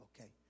Okay